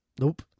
Nope